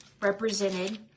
represented